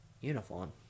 uniform